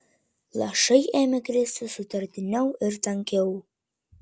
lašai ėmė kristi sutartiniau ir tankiau